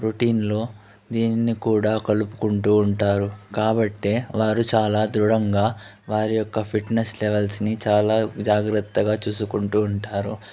routine లో దీన్ని కూడా కలుపుకుంటూ ఉంటారు కాబట్టే వారు చాలా దృఢంగా వారి యొక్క ఫిట్నెస్ లెవల్స్ని చాలా జాగ్రత్తగా చూసుకుంటూ ఉంటారు